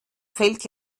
fällt